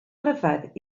ryfedd